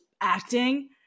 acting